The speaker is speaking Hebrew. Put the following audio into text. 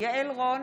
יעל רון